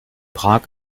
prag